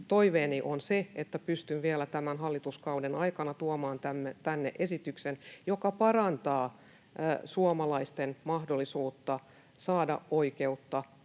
toiveeni on, että pystyn vielä tämän hallituskauden aikana tuomaan tänne esityksen, joka parantaa suomalaisten mahdollisuutta saada oikeutta